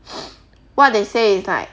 what they say is like